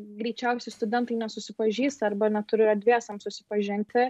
greičiausiai studentai nesusipažįsta arba neturi erdvės ten susipažinti